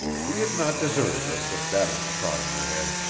he has not deserted us, if that is the thought in your head.